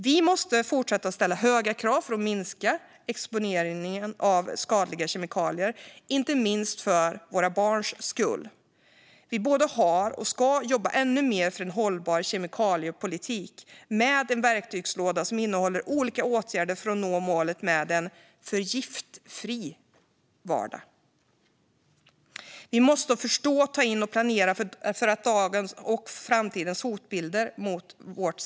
Man måste fortsätta ställa höga krav för att minska exponeringen av skadliga kemikalier, inte minst för barnens skull. Vi moderater har jobbat för och ska jobba ännu mer för en hållbar kemikaliepolitik med en verktygslåda som innehåller olika åtgärder för att nå målet med en förgiftningsfri vardag. Man måste förstå, ta in och planera för att möta dagens och framtidens hotbilder mot samhället.